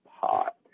pot